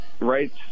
Right